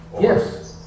Yes